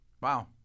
Wow